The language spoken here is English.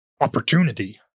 opportunity